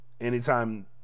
Anytime